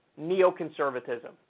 neoconservatism